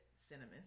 Cinnamon